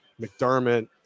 McDermott